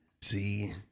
See